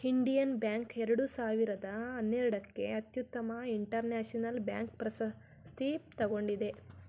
Indian Bank ಎರಡು ಸಾವಿರದ ಹನ್ನೆರಡಕ್ಕೆ ಅತ್ಯುತ್ತಮ ಇಂಟರ್ನ್ಯಾಷನಲ್ ಬ್ಯಾಂಕ್ ಪ್ರಶಸ್ತಿ ತಗೊಂಡಿದೆ